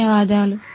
ధన్యవాదాలు